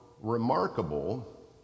remarkable